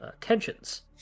tensions